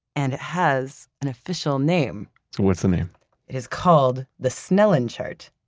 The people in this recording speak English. and it has an official name so what's the name? it is called the snellen chart,